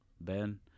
Ben